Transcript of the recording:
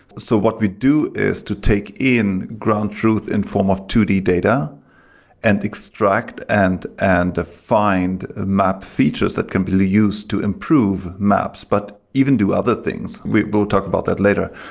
so what we do is to take in ground truth in form of two d data and extract and and define map features that can be used to improve maps, but even do other things. we will talk about that later.